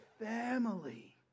family